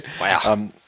Wow